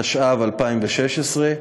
התשע"ו 2016,